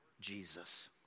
Jesus